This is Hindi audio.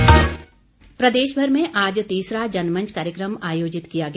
जनमंच प्रदेशभर में आज तीसरा जनमंच कार्यक्रम आयोजित किया गया